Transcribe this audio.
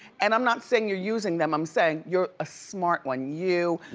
and i'm not saying you're using them, i'm saying you're a smart one. you,